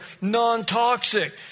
non-toxic